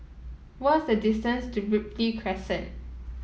what is the distance to Ripley Crescent